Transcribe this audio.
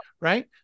Right